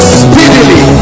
speedily